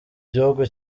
gihugu